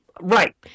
Right